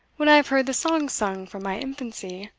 when i have heard the songs sung from my infancy?